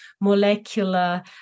molecular